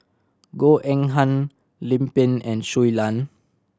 Goh Eng Han Lim Pin and Shui Lan